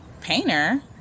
painter